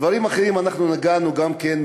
דברים אחרים: אנחנו נגענו גם כן,